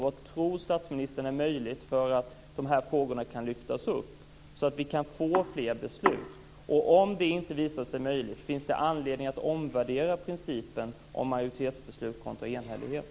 Vad tror statsministern är möjligt att göra för att de här frågorna ska kunna lyftas upp så att vi kan få fler beslut? Om det inte visar sig möjligt, finns det anledning att omvärdera principen om majoritetsbeslut kontra enhällighet?